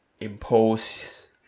impose